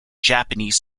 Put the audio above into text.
japanese